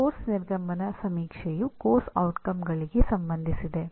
ಪಠ್ಯಕ್ರಮದ ನಿರ್ಗಮನ ಸಮೀಕ್ಷೆಯು ಪಠ್ಯಕ್ರಮದ ಪರಿಣಾಮಗಳಿಗೆ ಸಂಬಂಧಿಸಿದೆ